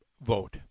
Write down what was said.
vote